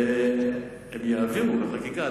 הן יעבירו, בחקיקה.